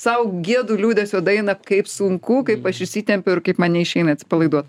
sau giedu liūdesio dainą kaip sunku kaip įsitempiu ir kaip man neišeina atsipalaiduot